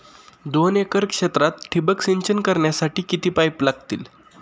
दोन एकर क्षेत्रात ठिबक सिंचन करण्यासाठी किती पाईप लागतील?